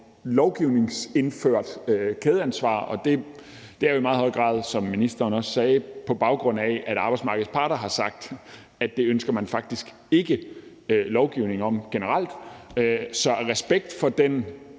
lovgivningsindført kædeansvar, og det er i meget høj grad, som ministeren også sagde, på baggrund af at arbejdsmarkedets parter har sagt, at det ønsker man faktisk ikke lovgivning om generelt. Så af respekt for den